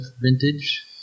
vintage